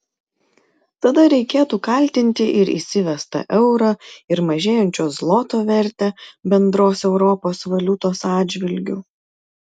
tada reikėtų kaltinti ir įsivestą eurą ir mažėjančio zloto vertę bendros europos valiutos atžvilgiu